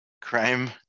crime